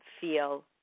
feel